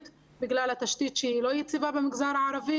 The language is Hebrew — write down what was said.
בגלל התשתית שהיא לא יציבה במגזר הערבי.